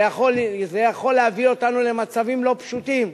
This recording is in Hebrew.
זה יכול להביא אותנו למצבים לא פשוטים,